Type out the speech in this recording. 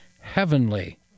heavenly